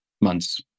months